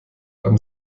haben